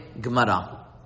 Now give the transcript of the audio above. Gemara